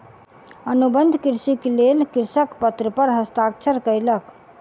अनुबंध कृषिक लेल कृषक पत्र पर हस्ताक्षर कयलक